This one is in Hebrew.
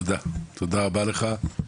תודה רבה לך.